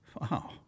Wow